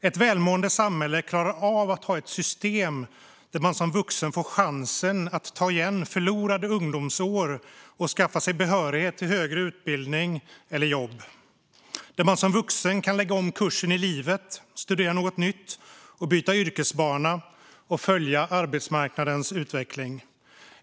Ett välmående samhälle klarar av att ha ett system där man som vuxen får chansen att ta igen förlorade ungdomsår och skaffa sig behörighet till högre utbildning eller jobb och där man som vuxen kan lägga om kursen i livet, studera något nytt, byta yrkesbana och följa arbetsmarknadens utveckling.